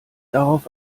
darauf